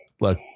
Look